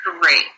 great